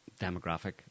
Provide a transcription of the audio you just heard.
demographic